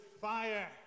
fire